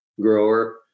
grower